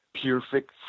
perfect